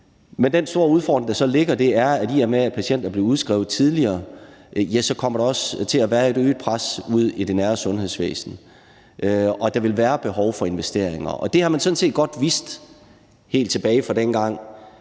Men den store udfordring, der så er, består i, at i og med at patienter bliver udskrevet tidligere, kommer der også til at være et øget pres på det nære sundhedsvæsen, og der vil være behov for investeringer. Det har man sådan set godt vidst helt tilbage fra dengang,